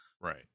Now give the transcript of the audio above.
Right